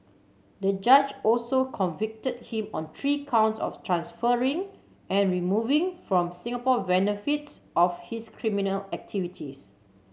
the judge also convicted him on three counts of transferring and removing from Singapore benefits of his criminal activities